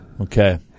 Okay